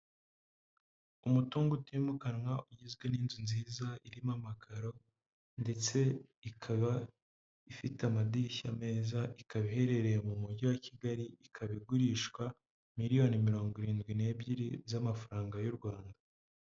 Umutungo utimukanwa ugizwe n'inzu nziza irimo amakaro ndetse ikaba ifite amadirishya meza, ikaba iherereye mu mujyi wa Kigali, ikaba igurishwa miliyoni mirongo irindwi n'ebyiri z'amafaranga y'u Rwanda.